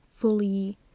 fully